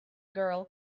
girl